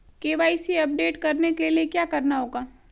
KYC update करने के लिए क्या करना होगा?